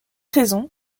raison